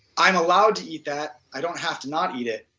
i am allowed to eat that. i don't have to not eat it.